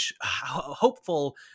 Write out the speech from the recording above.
hopeful